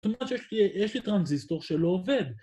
זאת אומרת שיש לי טרנזיסטור שלא עובד